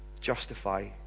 justify